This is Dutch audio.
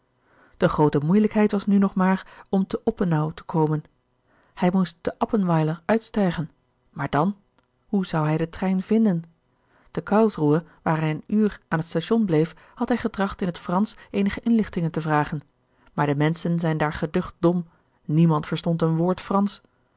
de groote moeielijkheid was nu nog maar om te oppenau te komen hij moest te appenweiler uitstijgen maar dan hoe zou hij den trein vinden te karlsruhe waar hij een uur aan het station bleef had hij getracht in het fransch eenige inlichtingen te vragen maar de menschen zijn daar geducht dom niemand verstond een woord fransch